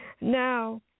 Now